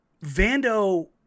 Vando